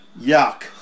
Yuck